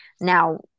Now